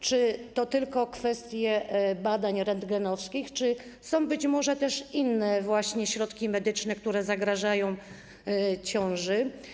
Czy to tylko kwestie badań rentgenowskich, czy są być może też inne środki medyczne, które zagrażają ciąży?